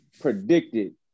predicted